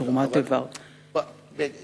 שתורמים איבר לזר גמור רק משום שנקלעו למצוקה כספית.